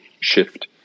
shift